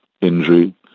injury